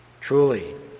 truly